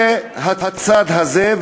זה הצד הזה.